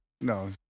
No